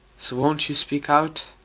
so won't you speak out?